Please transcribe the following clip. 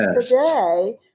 today